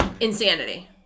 insanity